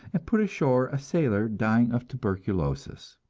and put ashore a sailor dying of tuberculosis,